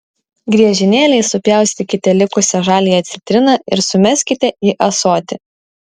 griežinėliais supjaustykite likusią žaliąją citriną ir sumeskite į ąsotį